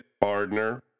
partner